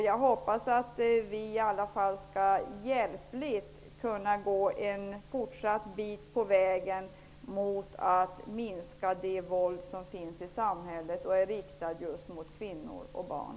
Jag hoppas att vi i alla fall hjälpligt skall komma ytterligare en bit på vägen mot en minskning av det våld som förekommer i samhället och som är riktat just mot kvinnor och barn.